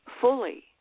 fully